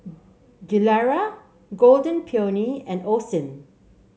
Gilera Golden Peony and Osim